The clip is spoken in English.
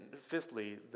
fifthly